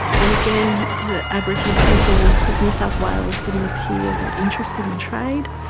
and again, the aboriginal people of new south wales didn't appear that interested in trade.